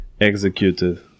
executed